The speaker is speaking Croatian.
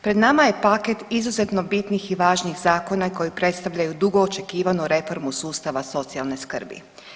Pred nama je paket izuzetno bitnih i važnih zakona koji predstavljaju dugo očekivanu reformu sustava socijalne skrbi.